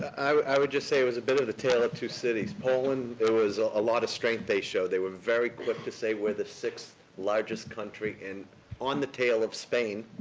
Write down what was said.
i would just say it was a bit of the tale of two cities. poland, there was a lot of strength they showed. they were very quick to say we're the sixth largest country and on the tail of spain